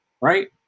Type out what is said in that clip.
right